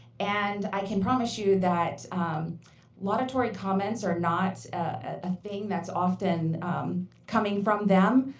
and i can promise you that monetary comments are not a thing that's often coming from them